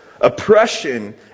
Oppression